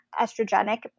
estrogenic